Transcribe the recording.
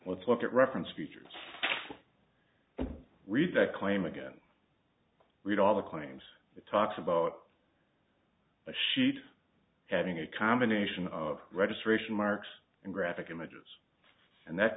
let's look at reference features i read that claim again read all the claims it talks about a sheet having a combination of registration marks and graphic images and that